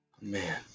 Man